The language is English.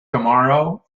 tomorrow